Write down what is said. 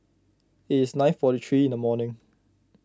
it is nine forty three in the morning